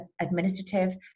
administrative